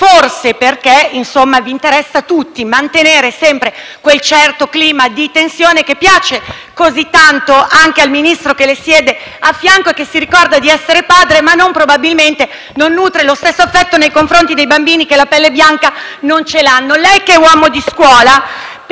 Forse interessa a tutti voi mantenere sempre quel certo clima di tensione che piace così tanto anche al Ministro che le siede a fianco, che si ricorda di essere padre, ma probabilmente non nutre lo stesso affetto nei confronti dei bambini che la pelle bianca non ce l'hanno. Lei che è uomo di scuola,